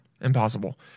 Impossible